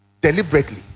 deliberately